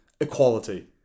equality